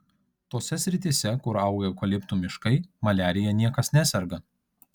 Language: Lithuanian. tose srityse kur auga eukaliptų miškai maliarija niekas neserga